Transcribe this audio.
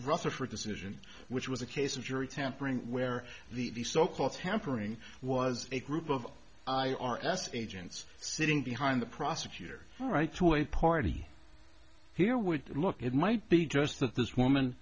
rutherford decision which was a case of jury tampering where the so called tampering was a group of i r s agents sitting behind the prosecutor right to a party here would look it might be just that this woman